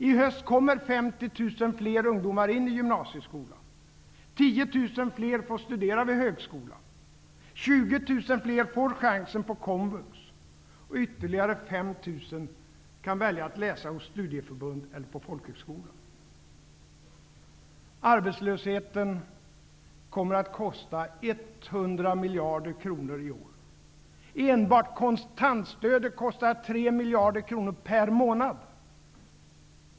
I höst kommer fler får studera vid högskolan, 20 000 fler får chans att läsa på Komvux och ytterligare 5 000 kan välja att läsa hos studieförbund eller på folkhögskola. Arbetslösheten kommer att kosta 100 miljarder kronor i år. Enbart kontantstödet kostar 3 miljarder i månaden.